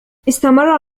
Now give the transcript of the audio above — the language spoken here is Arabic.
استمر